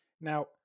Now